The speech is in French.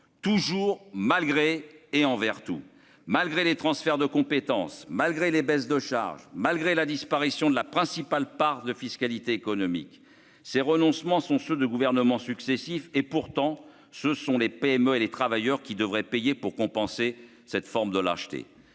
toujours malgré et envers tous malgré les transferts de compétences, malgré les baisses de charges malgré la disparition de la principale part de fiscalité économique ces renoncements sont ceux de gouvernements successifs et pourtant ce sont les PME et les travailleurs qui devraient payer pour compenser cette forme de l'acheter